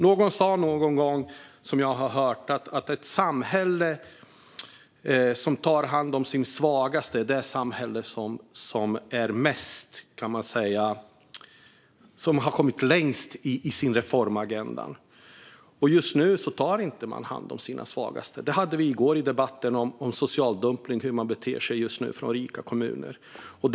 Någon sa någon gång att det samhälle som tar hand om sina svagaste är det samhälle som har kommit längst med sin reformagenda. Just nu tar man inte hand om sina svagaste. I gårdagens debatt talades det om social dumpning och hur rika kommuner beter sig.